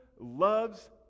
loves